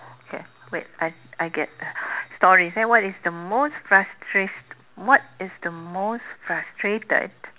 okay wait I I get stories eh what is the most frustrate~ what is the most frustrated